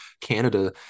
Canada